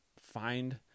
find